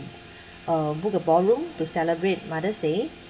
uh book a ballroom to celebrate mother's day